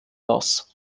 aus